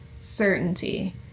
certainty